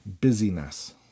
busyness